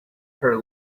her